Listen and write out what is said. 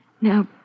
Now